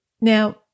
Now